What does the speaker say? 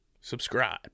subscribe